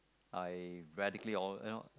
I radically o~ you know